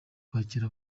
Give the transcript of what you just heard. kwakira